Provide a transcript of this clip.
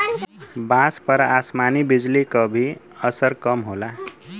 बांस पर आसमानी बिजली क भी असर कम होला